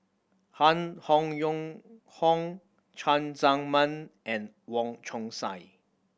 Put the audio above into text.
Han Hong Yong Hong Cheng Tsang Man and Wong Chong Sai